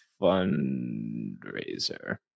fundraiser